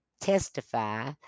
testify